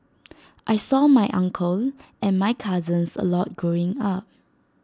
I saw my uncle and my cousins A lot growing up